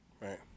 Right